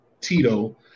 Tito